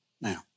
Now